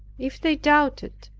if they doubted,